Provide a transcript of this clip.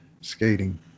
skating